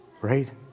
Right